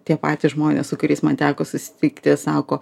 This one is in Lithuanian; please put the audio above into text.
tie patys žmonės su kuriais man teko susitikti sako